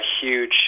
huge